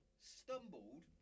stumbled